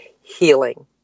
healing